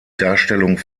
darstellung